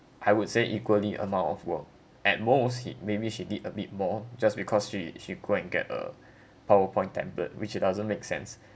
I would say equally amount of work at most he maybe she did a bit more just because she she go and get a powerpoint template which it doesn't make sense